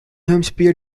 hampshire